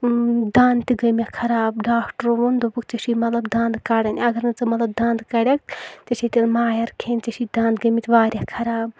دَنٛد تہِ گٔیہِ مےٚ خَراب ڈاکٹَرو ووٚن دوٚپُکھ ژےٚ چھی مطلب دَنٛد کَڑٕنۍ اَگر نہٕ ژٕ دَنٛد کڑکھ ژےٚ چھے تیٚلہِ مایَر کھؠنۍ ژےٚ چھی دَنٛد گٔمٕتۍ واریاہ خَراب